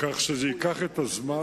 כך שזה ייקח זמן,